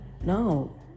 No